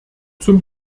zum